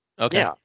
Okay